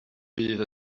bydd